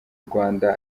rwanda